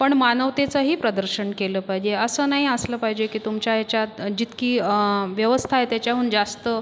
पण मानवतेचंही प्रदर्शन केलं पाहिजे असं नाही असलं पाहिजे की तुमच्या याच्यात जितकी व्यवस्था आहे त्याच्याहून जास्त